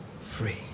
free